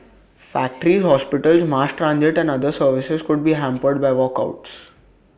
factories hospitals mass transit and other services could be hampered by walkouts